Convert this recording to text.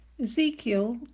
Ezekiel